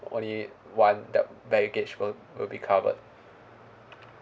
only one the baggage will will be covered